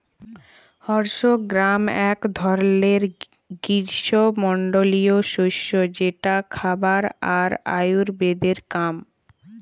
horse gram এক ধরলের গ্রীস্মমন্ডলীয় শস্য যেটা খাবার আর আয়ুর্বেদের কাম